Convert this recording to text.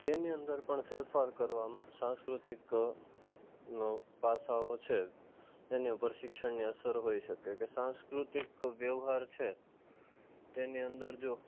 તેની અંદર પણ ફેરફાર કરવામાં પણ સાંસ્કૃતિક પાસાઓ છે કે એની ઉપર પણ એક શિક્ષણની અસર હોય શકે છે સાંસ્કૃતિક વ્યવહાર છે તેની અંદર જો